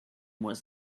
was